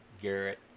Garrett